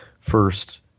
first